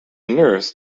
nurse